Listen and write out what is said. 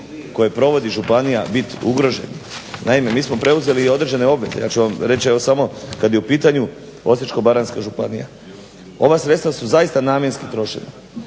koje provodi županija biti ugroženi. Naime, mi smo preuzeli i određene obveze. Ja ću vam reći evo samo kad je u pitanju Osječko-baranjska županija. Ova sredstva su zaista namjenski trošena